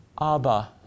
Abba